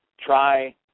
try